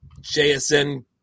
JSN